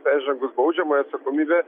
peržengus baudžiamąją atsakomybę